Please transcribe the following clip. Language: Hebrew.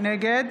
נגד